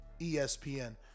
ESPN